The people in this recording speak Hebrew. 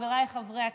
חבריי חברי הכנסת,